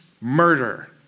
murder